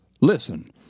listen